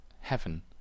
heaven